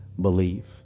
believe